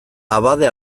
abade